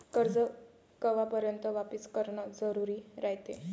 कर्ज कवापर्यंत वापिस करन जरुरी रायते?